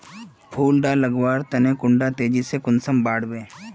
फुल लगवार तने कुंडा तेजी से कुंसम बार वे?